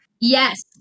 Yes